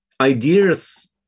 ideas